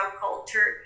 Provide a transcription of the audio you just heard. culture